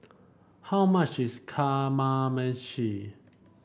how much is Kamameshi